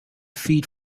feed